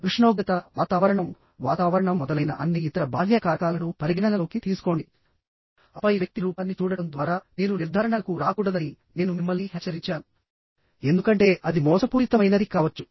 ఉష్ణోగ్రత వాతావరణం వాతావరణం మొదలైన అన్ని ఇతర బాహ్య కారకాలను పరిగణనలోకి తీసుకోండిఆపై వ్యక్తి రూపాన్ని చూడటం ద్వారా మీరు నిర్ధారణలకు రాకూడదని నేను మిమ్మల్ని హెచ్చరించాను ఎందుకంటే అది మోసపూరితమైనది కావచ్చు